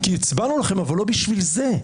הצבענו לכם, אבל לא בשביל זה.